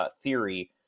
theory